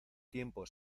tiempo